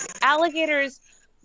Alligators